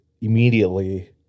immediately